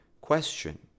question